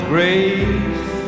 Grace